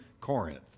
Corinth